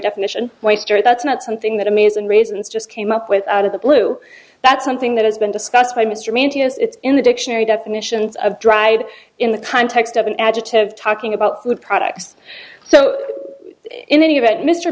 definition waster that's not something that amazing raisins just came up with out of the blue that's something that has been discussed by mr mantei it's in the dictionary definitions of dried in the context of an adjective talking about food products so in any event mr